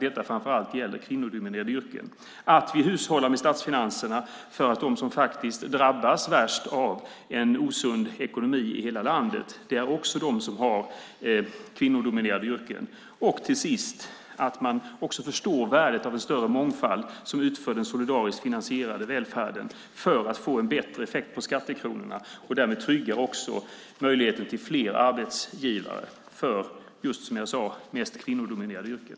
Detta gäller framför allt i kvinnodominerade yrken. Man måste också förstå värdet av en större mångfald som utför den solidariskt finansierade välfärden så att vi får en bättre effekt av skattekronorna och därmed också tryggar möjligheten till fler arbetsgivare för, just som jag sade, mest kvinnodominerade yrken.